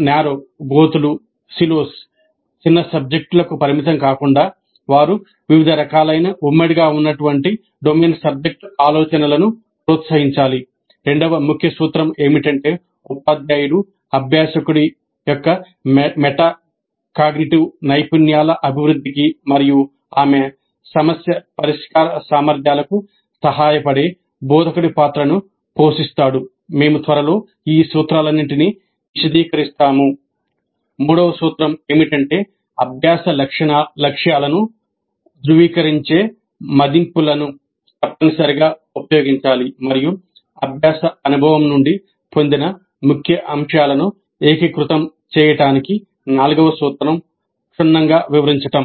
మూడవ సూత్రం ఏమిటంటే అభ్యాస లక్ష్యాలను ధృవీకరించే మదింపులను తప్పనిసరిగా ఉపయోగించాలి మరియు అభ్యాస అనుభవం నుండి పొందిన ముఖ్య అంశాలను ఏకీకృతం చేయడానికి నాల్గవ సూత్రం క్షుణ్ణంగా వివరించడం